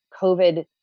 COVID